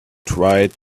tried